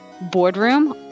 boardroom